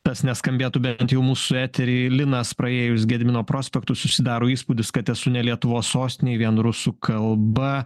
tas neskambėtų bent jau mūsų etery linas praėjus gedimino prospektu susidaro įspūdis kad esu ne lietuvos sostinėj vien rusų kalba